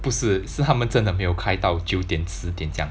不是是他们真的没有开到九点十点这样